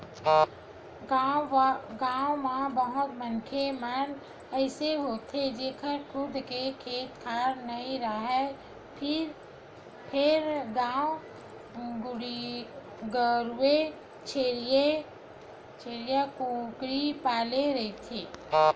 गाँव म बहुत मनखे मन अइसे होथे जेखर खुद के खेत खार नइ राहय फेर गाय गरूवा छेरीया, कुकरी पाले रहिथे